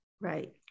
right